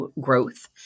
growth